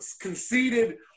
conceded